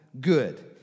good